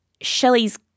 Shelley's